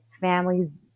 families